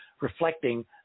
reflecting